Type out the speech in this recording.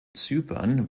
zypern